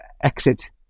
exit